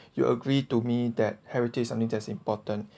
you agree to me that heritage is something important